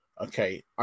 okay